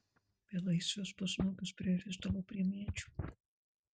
belaisvius pusnuogius pririšdavo prie medžių